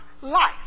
life